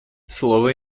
слово